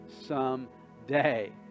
someday